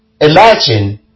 imagine